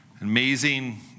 Amazing